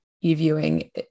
e-viewing